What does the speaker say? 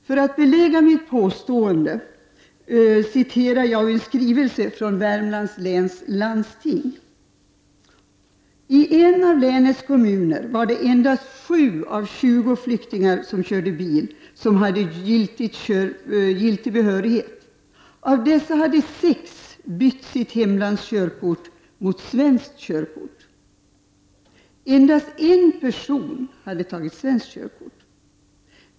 För att belägga mitt påstående citerar jag ur en skrivelse från Värmlands läns landsting: ”I en av länets kommuner var det endast 7 av 20 flyktingar som körde bil som hade giltig behörighet. Av dessa hade 6 bytt sitt hemlands körkort mot svenskt körkort. Endast 1 person hade tagit svenskt körkort.